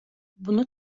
bunu